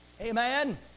Amen